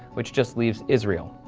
which just leaves israel,